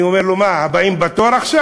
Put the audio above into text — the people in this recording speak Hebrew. אני אומר לו: מה, הם הבאים בתור עכשיו?